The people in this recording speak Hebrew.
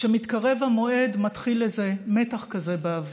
כשמתקרב המועד, מתחיל איזה מתח כזה באוויר.